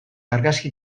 argazki